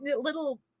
Little